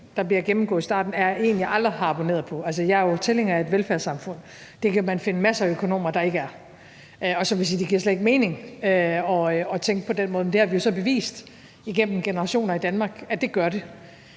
der bliver gennemgået i starten, er en, jeg aldrig har abonneret på. Altså, jeg er jo tilhænger af et velfærdssamfund. Det kan man finde masser af økonomer der ikke er. Og så vil jeg sige, at det slet ikke giver mening at tænke på den måde. Men det har vi jo så i Danmark bevist igennem generationer at det gør det.